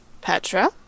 Petra